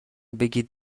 بگید